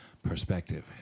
perspective